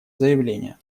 заявления